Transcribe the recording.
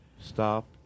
Stop